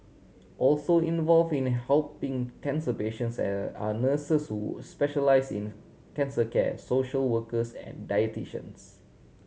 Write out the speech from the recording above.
also involve in helping cancer patients are nurses who specialise in cancer care social workers and dietitians